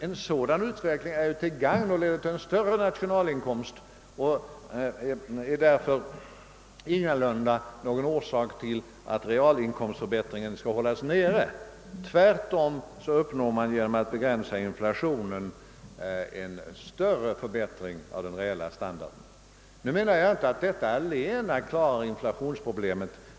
En sådan utveckling är till gagn och leder till större inkomster. Den är ingalunda någon orsak till att realinkomstförbättringen hålles nere. Tvärtom uppnår man genom att begränsa inflationen en förbättring av den reella standarden. Nu menar jag inte att enbart detta klarar inflationsproblemet.